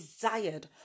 desired